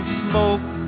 smoke